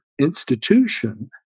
institution